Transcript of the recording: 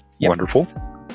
wonderful